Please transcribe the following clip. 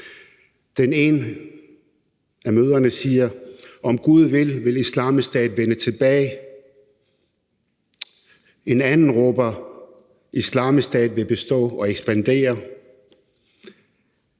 Den ene af mødrene siger: »Om Gud vil, vil Islamisk Stat vende tilbage.« En anden råber: »Den Islamiske Stat vil bestå og ekspandere!«